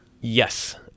yes